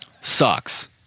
sucks